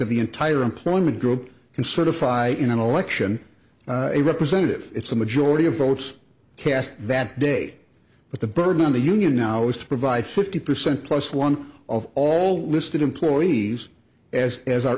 of the entire employment group can certify in an election a representative it's a majority of votes cast that day but the burden on the union now is to provide fifty percent plus one of all listed employees as as are